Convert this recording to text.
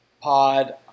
pod